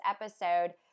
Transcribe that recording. episode